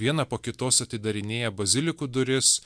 vieną po kitos atidarinėja bazilikų duris